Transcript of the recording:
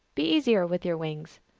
be easier with your wings!